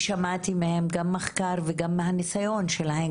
ושמעתי מהן גם מחקר וגם מהניסיון שלהן,